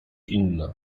inna